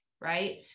right